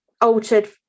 altered